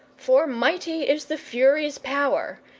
for mighty is the furies' power,